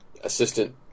assistant